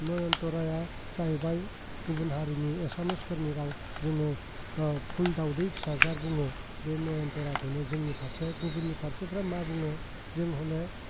नयनतराया जाहैबाय गुबुन हारिनि एसामिसफोरनि राव जोङो फुल दावदै फिसा जाथ बुङो बे नयनतराखौनो जोंनि फारसे गुबुननि फारसेफ्रा मा बुङो जों हले